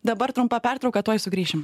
dabar trumpa pertrauka tuoj sugrįšim